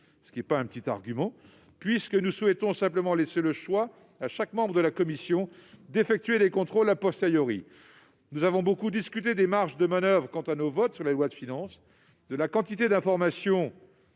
ce n'est pas un petit argument !-, puisque nous souhaitons simplement laisser le choix à chaque membre de la commission d'effectuer des contrôles. Nous avons beaucoup discuté des marges de manoeuvre s'agissant de nos votes sur les lois de finances et de la quantité d'informations